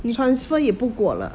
你 transfer 也不过了